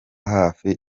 hafi